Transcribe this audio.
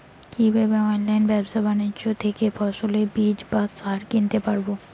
কীভাবে অনলাইন ব্যাবসা বাণিজ্য থেকে ফসলের বীজ বা সার কিনতে পারবো?